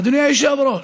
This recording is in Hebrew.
אדוני היושב-ראש,